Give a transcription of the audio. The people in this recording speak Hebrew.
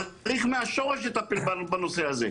צריך לטפל בנושא הזה מהשורש.